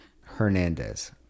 Hernandez